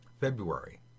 February